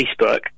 Facebook